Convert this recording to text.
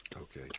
Okay